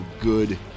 good